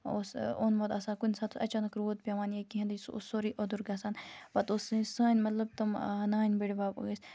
اوس اوٚنمُت آسان کُنہِ ساتہٕ اچانک رود پیٚوان یا کیٚنٛہہ سُہ اوس سورٕے اودُر گَژھان پَتہٕ اوس سُہ سٲنۍ مطلب تِم نانۍ بٕڑۍ بَب ٲسۍ